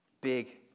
big